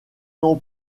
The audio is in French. non